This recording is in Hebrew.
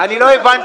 אני לא הבנתי.